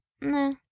No